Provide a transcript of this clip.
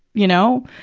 you know?